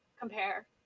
compare